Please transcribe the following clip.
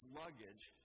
luggage